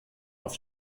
auf